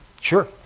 Sure